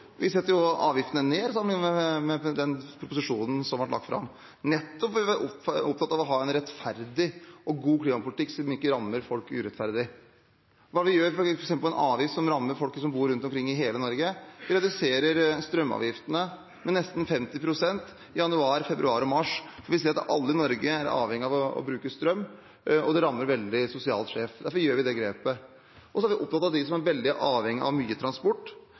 god klimapolitikk som ikke rammer folk urettferdig. Hva gjør vi f.eks. med en avgift som rammer folk som bor rundt omkring i hele Norge? Vi reduserer strømavgiftene med nesten 50 pst. i januar, februar og mars. Vi ser at alle i Norge er avhengig av å bruke strøm, og det rammer sosialt veldig skjevt. Derfor gjør vi det grepet. Så er vi opptatt av dem som er veldig avhengig av mye transport